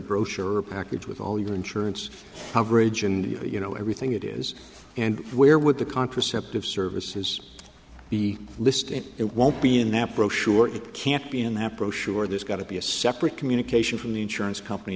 brochure or package with all your insurance coverage and you know everything it is and where would the contraceptive services be listed it won't be in that brochure it can't be in that brochure there's got to be a separate communication from the insurance company